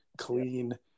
Clean